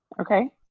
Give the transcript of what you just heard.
Okay